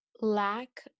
Lack